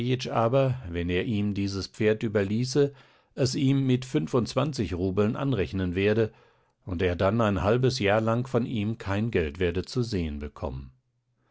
aber wenn er ihm dieses pferd überließe es ihm mit fünfundzwanzig rubeln anrechnen werde und er dann ein halbes jahr lang von ihm kein geld werde zu sehen bekommen